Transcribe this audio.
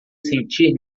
sentir